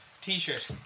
T-shirt